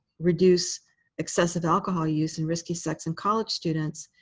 reduce excessive alcohol use and risky sex in college students,